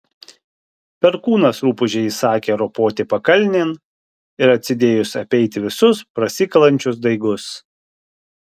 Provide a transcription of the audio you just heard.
perkūnas rupūžei įsakė ropoti pakalnėn ir atsidėjus apeiti visus prasikalančius daigus